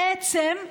בעצם,